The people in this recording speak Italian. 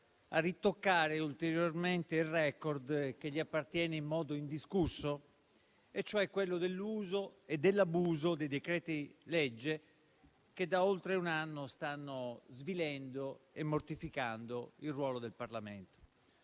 a toccare ulteriormente il *record* che gli appartiene in modo indiscusso, cioè quello dell'uso e dell'abuso dei decreti-legge che, da oltre un anno, stanno svilendo e mortificando il ruolo del Parlamento.